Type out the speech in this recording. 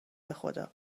بخدا